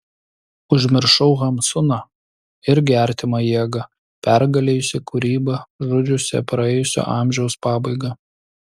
užmiršau hamsuną irgi artimą jėgą pergalėjusį kūrybą žudžiusią praėjusio amžiaus pabaigą